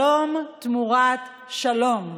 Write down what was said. שלום תמורת שלום,